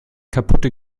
kaputte